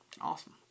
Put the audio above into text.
Awesome